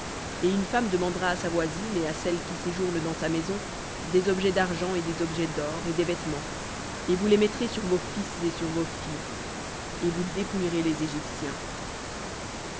et une femme demandera à sa voisine et à celle qui séjourne dans sa maison des objets d'argent et des objets d'or et des vêtements et vous les mettrez sur vos fils et sur vos filles et vous dépouillerez les égyptiens